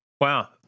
Wow